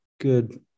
good